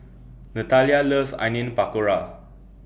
Nathalia loves Onion Pakora